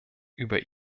über